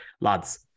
lads